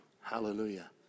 Hallelujah